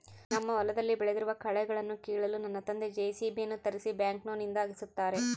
ನಮ್ಮ ಹೊಲದಲ್ಲಿ ಬೆಳೆದಿರುವ ಕಳೆಗಳನ್ನುಕೀಳಲು ನನ್ನ ತಂದೆ ಜೆ.ಸಿ.ಬಿ ಯನ್ನು ತರಿಸಿ ಬ್ಯಾಕ್ಹೋನಿಂದ ಅಗೆಸುತ್ತಾರೆ